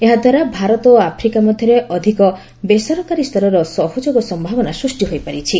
ଏହା ଦ୍ୱାରା ଭାରତ ଓ ଆଫ୍ରିକା ମଧ୍ୟରେ ଅଧିକ ବେସରକାରୀ ସ୍ତରର ସହଯୋଗ ସମ୍ଭାବନା ସୃଷ୍ଟି ହୋଇପାରିଛି